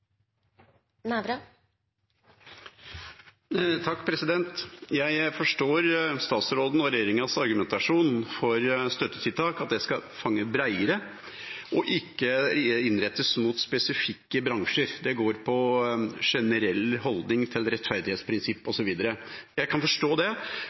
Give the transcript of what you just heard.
Jeg forstår statsråden og regjeringas argumentasjon for støttetiltak, at det skal fange bredere og ikke innrettes mot spesifikke bransjer. Det går på generell holdning til rettferdighetsprinsipp osv. Jeg kan forstå det.